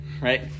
right